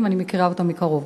אני מכירה אותם מקרוב.